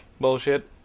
bullshit